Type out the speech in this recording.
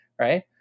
Right